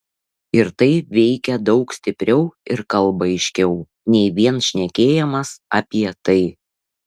ir tai veikia daug stipriau ir kalba aiškiau nei vien šnekėjimas apie tai